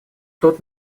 тот